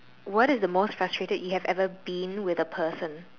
what is the most frustrated you have ever been with a person